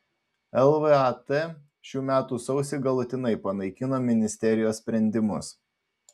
lvat šių metų sausį galutinai panaikino ministerijos sprendimus